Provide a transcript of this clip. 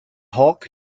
hulk